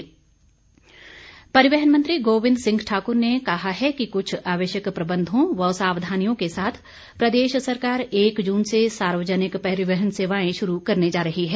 परिवहन मंत्री परिवहन मंत्री गोविंद सिंह ठाकुर ने कहा है कि कुछ आवश्यक प्रबंधों व सावधानियों के साथ प्रदेश सरकार एक जून से सार्वजनिक परिवहन सेवाएं शुरू करने जा रही है